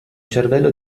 cervello